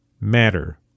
matter